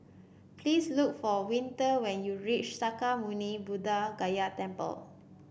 please look for Winter when you reach Sakya Muni Buddha Gaya Temple